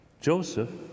Joseph